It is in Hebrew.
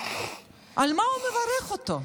על מה הוא מברך אותו?